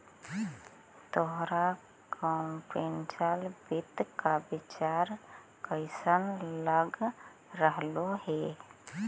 तोहरा कंप्युटेशनल वित्त का विचार कइसन लग रहलो हे